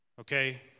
Okay